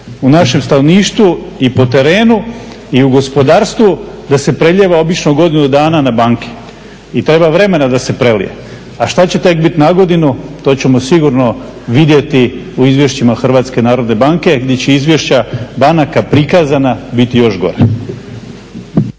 u našem stanovništvu i po terenu i u gospodarstvu da se prelijeva obično godinu dana na banke i treba vremena da se prelije. A što će tek biti na godinu, to ćemo sigurno vidjeti u izvješćima HNB-a gdje će izvješća banaka prikazana biti još gora.